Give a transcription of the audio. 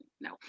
no